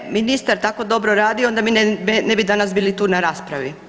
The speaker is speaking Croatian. Da je ministar tako dobro radio onda mi ne bi danas bili tu na raspravi.